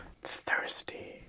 Thirsty